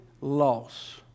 loss